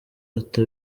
ata